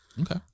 Okay